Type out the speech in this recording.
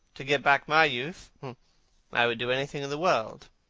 to get back my youth i would do anything in the world,